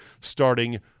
starting